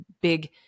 big